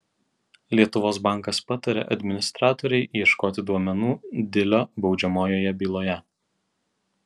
lietuvos bankas patarė administratorei ieškoti duomenų dilio baudžiamojoje byloje